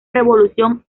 revolución